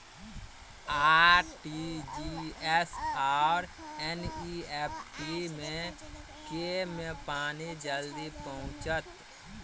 RTGS आओर NEFT मे केँ मे पानि जल्दी पहुँचत